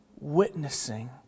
witnessing